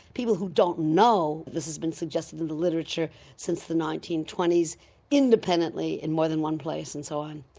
people who don't know. this has been suggested in the literature since the nineteen twenty s independently in more than one place and so on.